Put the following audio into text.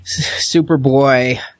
Superboy